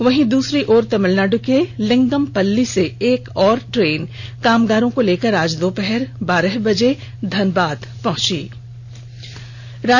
वहीं दूसरी तरफ तमिलनाडु के लिंगमपल्ली से एक और ट्रेन कामगारों को लेकर आज दोपहर बारह बजे धनबाद पहंच गयी है